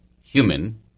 human